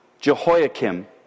Jehoiakim